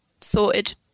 sorted